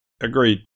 Agreed